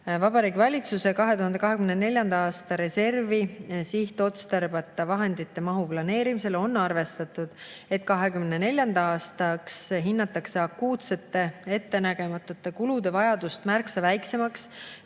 Vabariigi Valitsuse 2024. aasta reservi sihtotstarbeta vahendite mahu planeerimisel on arvestatud, et 2024. aastaks hinnatakse akuutsete ettenägematute kulude vajadust märksa väiksemaks,